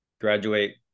graduate